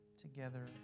together